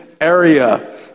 area